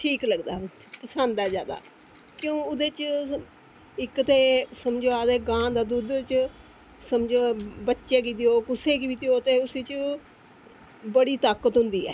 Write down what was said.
ठीक लगदा पसंद ऐ जादा ते ओह्दे च संध्या दे गां दा दुद्ध संध्या कुसै गी बी दैओ ते बच्चे गी बी देओ ते उस च बड़ी ताकत होंदी ऐ